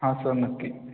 हां सं नक्की